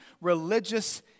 religious